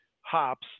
hops